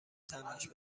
تنهاش